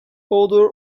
order